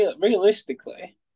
Realistically